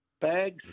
bags